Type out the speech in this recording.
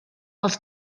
els